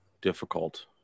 difficult